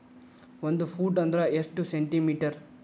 ಒಂದು ಫೂಟ್ ಅಂದ್ರ ಎಷ್ಟು ಸೆಂಟಿ ಮೇಟರ್?